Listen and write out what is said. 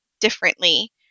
differently